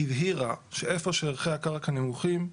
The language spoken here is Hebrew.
הבהירה שאיפה שערכי הקרקע נמוכים,